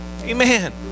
Amen